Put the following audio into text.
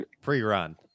pre-run